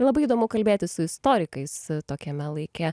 labai įdomu kalbėtis su istorikais tokiame laike